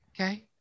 Okay